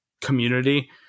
community